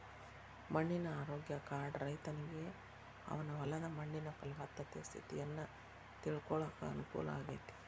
ಮಣ್ಣಿನ ಆರೋಗ್ಯ ಕಾರ್ಡ್ ರೈತನಿಗೆ ಅವನ ಹೊಲದ ಮಣ್ಣಿನ ಪಲವತ್ತತೆ ಸ್ಥಿತಿಯನ್ನ ತಿಳ್ಕೋಳಾಕ ಅನುಕೂಲ ಆಗೇತಿ